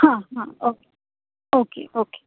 हां हां okay okay okay